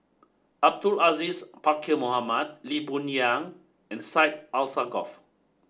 Abdul Aziz Pakkeer Mohamed Lee Boon Yang and Syed Alsagoff